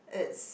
it's